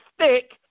stick